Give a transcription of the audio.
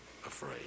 afraid